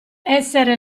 essere